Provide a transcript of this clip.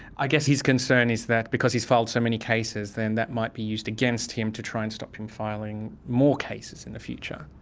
i guess his concern is that because he's filed so many cases then that might be used against him to try and stop him filing more cases in the future.